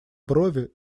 брови